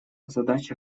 задачи